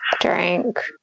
Drink